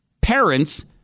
parents